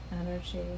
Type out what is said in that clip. energy